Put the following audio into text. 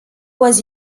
was